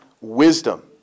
wisdom